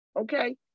Okay